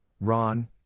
Ron